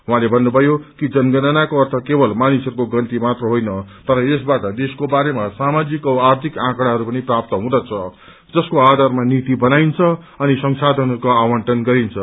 उहाँले भन्नुभयो कि जनगणनाको अर्थ केवल मानिसहरूको गन्ती मात्र होइन तर यसबाट देशको बारेमा सामाजिक औ आर्थिक आँकड़ाहरू पनि प्राप्त हुँदछ जसको आधारमा नीति बनाइन्छ अनि संशाधनहरूको आवण्टन गरिन्छ